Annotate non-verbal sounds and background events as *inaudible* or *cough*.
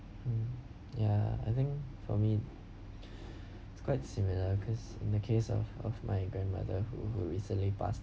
mm ya I think for me *breath* it's quite similar because in the case of of my grandmother who who recently passed